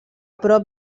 prop